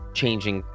changing